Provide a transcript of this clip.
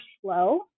slow